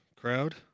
crowd